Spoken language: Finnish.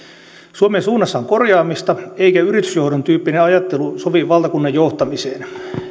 suomen suunnassa on korjaamista eikä yritysjohdon tyyppinen ajattelu sovi valtakunnan johtamiseen